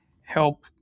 help